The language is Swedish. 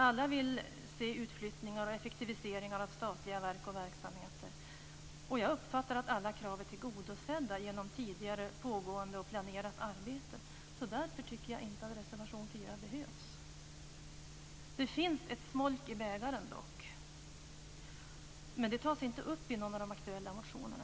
Alla vill se utflyttningar och effektiviseringar av statliga verk och verksamheter, och jag uppfattar att alla krav är tillgodosedda genom tidigare, pågående och planerat arbete. Därför tycker jag inte att reservation 4 behövs. Det finns ett smolk i bägaren, men det tas inte upp i någon av de aktuella motionerna.